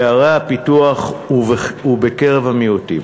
בערי הפיתוח ובקרב המיעוטים.